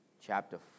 chapter